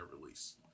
release